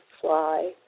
fly